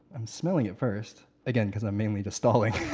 i'm smelling it first, again, because i'm mainly just stalling.